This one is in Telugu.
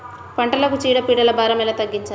పంటలకు చీడ పీడల భారం ఎలా తగ్గించాలి?